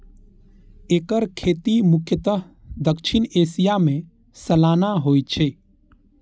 एकर खेती मुख्यतः दक्षिण एशिया मे सालाना होइ छै